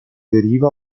deriva